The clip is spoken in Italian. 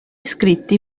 scritti